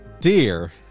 Dear